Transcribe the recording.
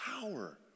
power